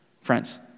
Friends